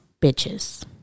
Bitches